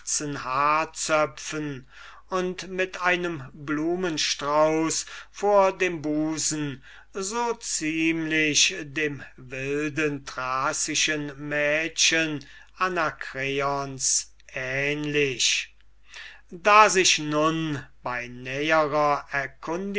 haarzöpfen und mit einem blumenstrauß vor dem busen so ziemlich dem wilden thracischen mädchen anakreons ähnlich da sich nun bei näherer